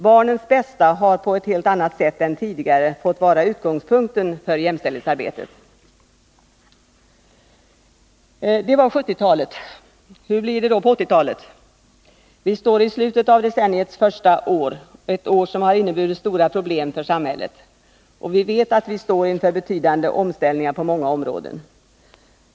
Barnens bästa har på ett helt annat sätt än tidigare fått vara utgångspunkten för jämställdhetsarbetet. Det var 1970-talet. Hur blir det då på 1980-talet? Vi står i slutet av decenniets första år, ett år som har inneburit stora problem för samhället. Vi vet att vi står inför betydande omställningar på många områden.